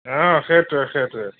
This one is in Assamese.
সেইটোৱেই সেইটোৱেই